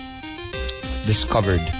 discovered